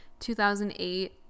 2008